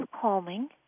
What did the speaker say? calming